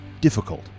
difficult